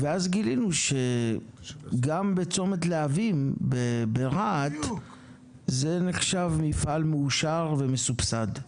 ואז גילינו שגם בצומת להבים ברהט זה נחשב מפעל מאושר ומסובסד.